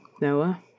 Noah